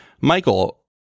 Michael